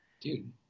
Dude